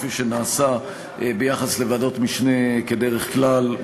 כפי שנעשה ביחס לוועדות משנה כדרך כלל,